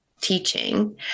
teaching